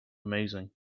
amazing